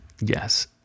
Yes